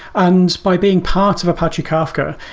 and by being part of apache kafka,